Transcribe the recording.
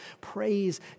praise